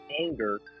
anger